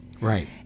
Right